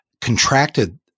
contracted